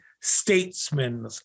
statesmen